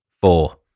Four